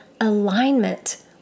alignment